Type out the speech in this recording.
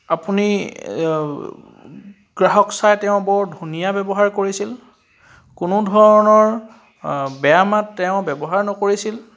আপুনি গ্ৰাহক চাই তেওঁ বৰ ধুনীয়া ব্যৱহাৰ কৰিছিল কোনো ধৰণৰ বেয়া মাত তেওঁ ব্যৱহাৰ নকৰিছিল